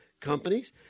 Companies